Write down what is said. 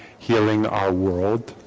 healing our world.